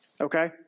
okay